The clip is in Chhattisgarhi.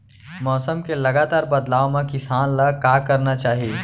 मौसम के लगातार बदलाव मा किसान ला का करना चाही?